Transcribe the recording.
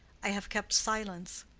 i have kept silence.